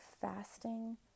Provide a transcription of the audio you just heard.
fasting